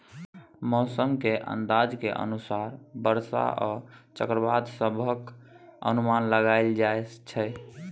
मौसम के अंदाज के अनुसार बरसा आ चक्रवात सभक अनुमान लगाइल जाइ छै